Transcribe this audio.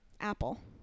apple